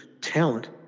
talent